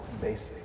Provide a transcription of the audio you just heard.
basic